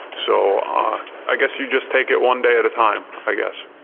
so ah i guess you just take it one day at a time, i guess.